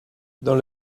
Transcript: dans